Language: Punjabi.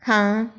ਹਾਂ